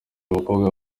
abakobwa